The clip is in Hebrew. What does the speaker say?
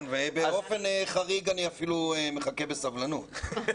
נכון, ובאופן חריג אני אפילו מחכה בסבלנות.